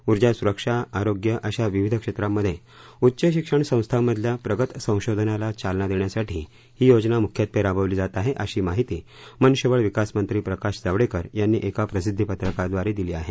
ऊर्जा सुरक्षा आरोग्य अशा विविध क्षेत्रांमध्ये उच्च शिक्षण संस्थांमधल्या प्रगत संशोधनाला चालना देण्यासाठी ही योजना मुख्यत्वे राबवली जात आहे अशी माहिती मनुष्यबळ विकासमंत्री प्रकाश जावडेकर यांनी एका प्रसिद्धी पत्रकाद्वारे दिली आहे